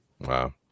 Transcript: Wow